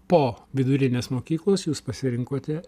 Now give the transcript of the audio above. po vidurinės mokyklos jūs pasirinkote